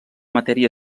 matèria